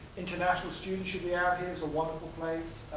international students should be out here, it's a wonderful place.